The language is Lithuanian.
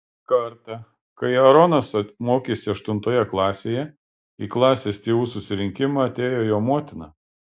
kartą kai aaronas mokėsi aštuntoje klasėje į klasės tėvų susirinkimą atėjo jo motina